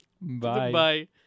Bye